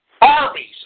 armies